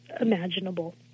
imaginable